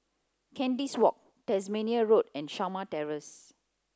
Kandis Walk Tasmania Road and Shamah Terrace